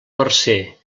marcer